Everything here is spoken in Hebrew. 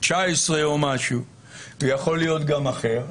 יכול להיות גם אחר,